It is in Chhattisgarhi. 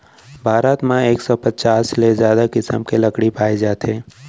भारत म एक सौ पचास ले जादा किसम के लकड़ी पाए जाथे